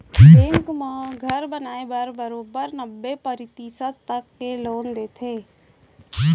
bank मन घर बनाए बर बरोबर नब्बे परतिसत तक के लोन देथे